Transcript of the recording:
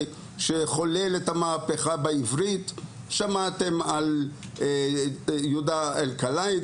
שחולל את המהפכה בעברית; שמעתם על יהודה אלקלעי.